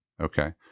Okay